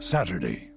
Saturday